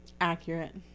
Accurate